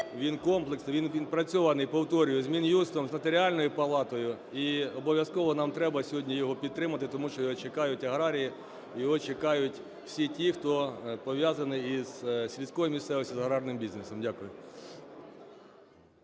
Він комплексний, він відпрацьований, повторюю, з Мін'юстом, з Нотаріальною палатою, і обов'язково нам треба сьогодні його підтримати, тому що його чекають аграрії, його чекають всі ті, хто пов'язаний із сільською місцевістю, з аграрним бізнесом. Дякую.